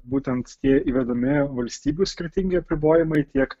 būtent tie įvedami valstybių skirtingi apribojimai tiek